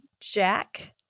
Jack